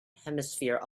hemisphere